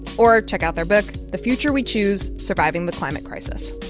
or check out their book, the future we choose surviving the climate crisis.